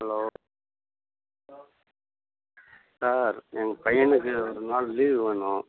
hello sir எங்கள் பையனுக்கு ஒரு நாள் லீவு வேணும்